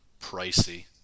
pricey